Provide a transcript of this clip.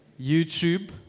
YouTube